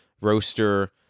roaster